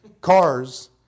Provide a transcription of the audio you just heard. cars